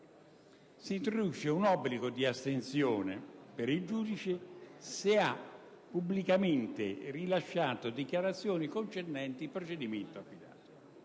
si introduce un obbligo di astensione per il giudice se questi abbia pubblicamente rilasciato dichiarazioni concernenti il procedimento. Credo